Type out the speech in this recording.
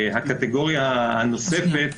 הקטגוריה הנוספת,